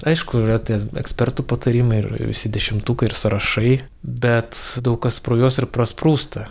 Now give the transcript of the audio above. aišku yra tie ekspertų patarimai ir visi dešimtukai ir sąrašai bet daug kas pro juos ir prasprūsta